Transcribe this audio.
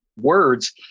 words